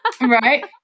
Right